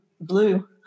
blue